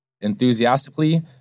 enthusiastically